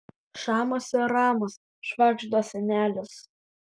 šamas ir ramas švagžda senelis